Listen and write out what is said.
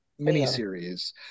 miniseries